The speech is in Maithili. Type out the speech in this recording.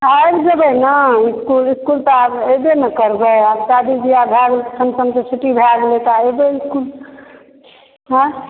आबि जेबै ने इस्कुल इस्कुल तऽ आब एबे ने करबै आब शादी ब्याह भए गेलै फ़ंक्शनके छुट्टी भए गेलै तऽ आब एबै इस्कुल हेँ